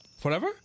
forever